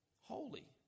holy